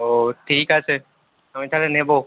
ও ঠিক আছে আমি তাহলে নেবো